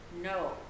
no